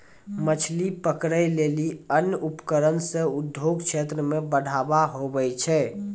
मछली पकड़ै लेली अन्य उपकरण से उद्योग क्षेत्र मे बढ़ावा हुवै छै